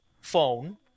phone